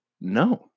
No